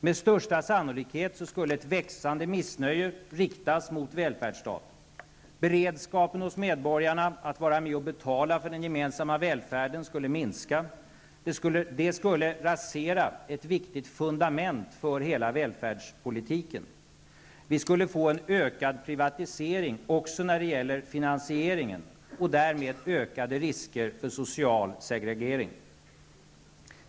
Med största sannolikhet skulle ett växande missnöje riktas mot välfärdsstaten. Beredskapen hos medborgarna att vara med och betala för den gemensamma välfärden skulle minska. Det skulle rasera ett viktigt fundament för hela välfärdspolitiken. Vi skulle få en ökad privatisering också när det gäller finansieringen och därmed ökade risker för social segregering.